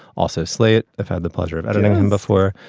also slate. i've had the pleasure of editing him before.